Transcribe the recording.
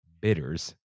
Bitters